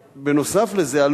נוסף על זה,